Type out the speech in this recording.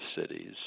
cities